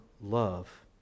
love